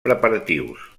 preparatius